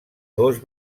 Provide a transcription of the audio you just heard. dos